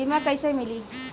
बीमा कैसे मिली?